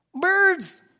birds